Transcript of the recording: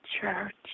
church